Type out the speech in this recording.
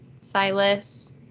silas